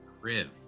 crib